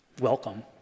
welcome